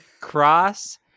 cross